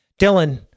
Dylan